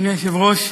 אדוני היושב-ראש,